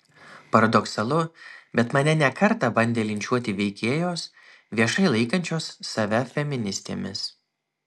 paradoksalu bet mane ne kartą bandė linčiuoti veikėjos viešai laikančios save feministėmis